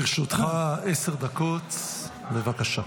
לרשותך עשר דקות, בבקשה.